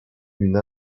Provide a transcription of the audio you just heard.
une